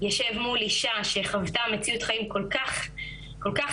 יישב מול אישה שחוותה מציאות חיים כל כך קשה,